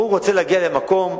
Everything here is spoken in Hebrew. הוא רוצה להגיע למקום,